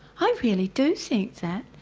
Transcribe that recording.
i really do think that,